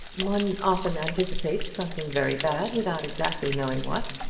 one often anticipates something very bad without exactly knowing what.